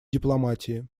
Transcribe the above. дипломатии